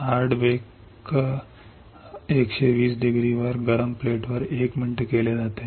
hard bake 120 degree गरम प्लेटवर 1 minute केले जाते